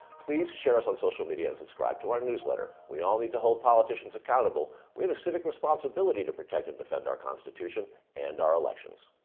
please share us on social media and subscribe to our newsletter. we all need to hold politicians accountable. we have a civic responsibility to protect and defend our constitution and our elections.